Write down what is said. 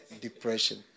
depression